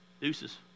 Deuces